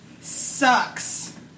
sucks